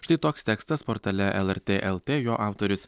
štai toks tekstas portale lrt lt jo autorius